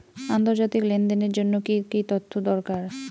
আন্তর্জাতিক লেনদেনের জন্য কি কি তথ্য দরকার?